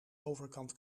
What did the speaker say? overkant